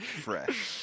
Fresh